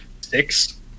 six